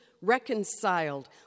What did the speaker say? reconciled